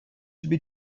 should